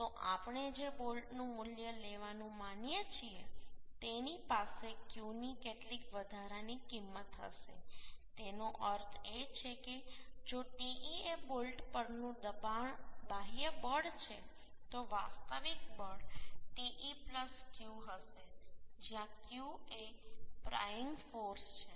તો આપણે જે બોલ્ટનું મૂલ્ય લેવાનું માનીએ છીએ તેની પાસે Q ની કેટલીક વધારાની કિંમત હશે તેનો અર્થ એ છે કે જો Te એ બોલ્ટ પરનું બાહ્ય બળ છે તો વાસ્તવિક બળ Te Q હશે જ્યાં Q એ પ્રાયિંગ ફોર્સ છે